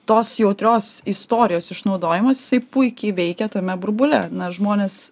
tos jautrios istorijos išnaudojimas jisai puikiai veikia tame burbule ar ne žmonės